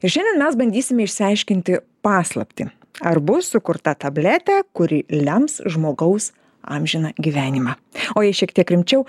ir šiandien mes bandysime išsiaiškinti paslaptį ar bus sukurta tabletė kuri lems žmogaus amžiną gyvenimą o jei šiek tiek rimčiau